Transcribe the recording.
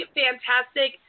fantastic